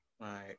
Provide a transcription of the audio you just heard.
Right